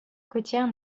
côtière